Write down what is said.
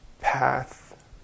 path